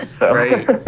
Right